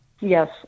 Yes